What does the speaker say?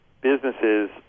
businesses